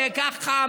יהיה ככה,